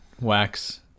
wax